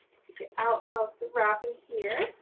take it out of the wrapping here.